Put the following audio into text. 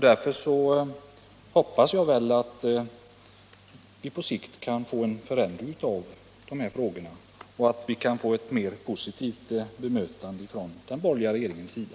Därför hoppas jag att vi på sikt kan få en förändring i dessa frågor och att vi skall få ett mer positivt bemötande från den borgerliga regeringens sida.